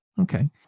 Okay